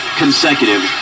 consecutive